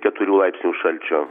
keturių laipsnių šalčio